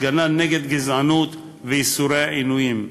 הגנה נגד גזענות ואיסור עינויים.